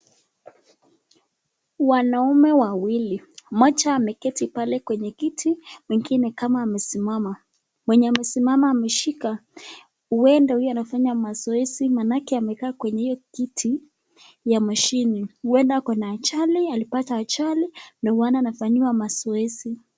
Wanaume wawili, mmoja ameketi pale kwenye kiti mwingine kama amesimama , mwenye amesimama ameshika huenda huyu anafanya mazoezi manake amekaa kwenye hiyo kiti ya mashini, huenda ako na ajali alipata ajali ndio maana anafanyiwa mazoezi.